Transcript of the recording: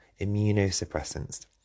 Immunosuppressants